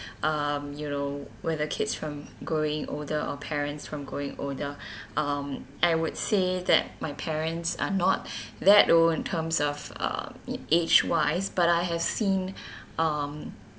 um you know where the kids from going older or parents from going older um I would say that my parents are not that old in terms of uh the age wise but I have seen um